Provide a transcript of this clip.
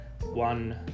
One